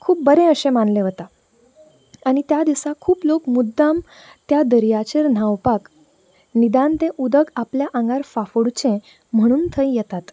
खूब बरें अशें मानलें वता आनी त्या दिसा खूब लोक मुद्दम त्या दर्याचेर न्हांवपाक निदान तें उदक आपल्या आंगार फाफुडचें म्हणून तें येतात